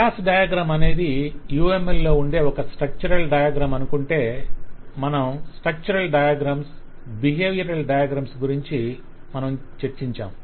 class diagram అనేది UMLలో ఉండే ఒక స్ట్రక్చరల్ డయాగ్రమ్ అనుకుంటే మనం స్ట్రక్చరల్ డయాగ్రమ్స్ బిహేవియరల్ డయాగ్రమ్స్ గురించి మనం చర్చించాం